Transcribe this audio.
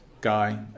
guy